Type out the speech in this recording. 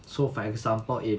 so for example if